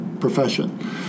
profession